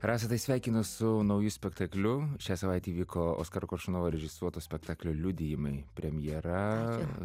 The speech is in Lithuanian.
rasa tai sveikinu su nauju spektakliu šią savaitę įvyko oskaro koršunovo režisuoto spektaklio liudijimai premjera